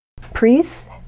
Priests